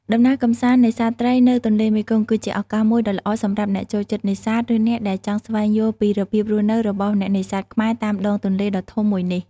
ដំណើរកម្សាន្តនេសាទត្រីនៅទន្លេមេគង្គ គឺជាឱកាសមួយដ៏ល្អសម្រាប់អ្នកចូលចិត្តនេសាទ ឬអ្នកដែលចង់ស្វែងយល់ពីរបៀបរស់នៅរបស់អ្នកនេសាទខ្មែរតាមដងទន្លេដ៏ធំមួយនេះ។